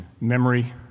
memory